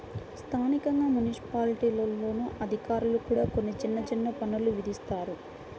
స్థానికంగా మున్సిపాలిటీల్లోని అధికారులు కూడా కొన్ని చిన్న చిన్న పన్నులు విధిస్తారు